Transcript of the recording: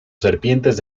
serpientes